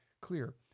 clear